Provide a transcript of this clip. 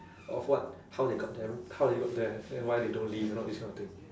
of what how they got them how they got there and why they don't leave and all this kind of thing